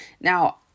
Now